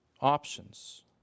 options